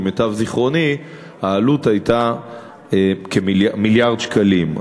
למיטב זיכרוני העלות הייתה כמיליארד שקלים.